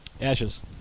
Ashes